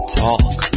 talk